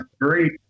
great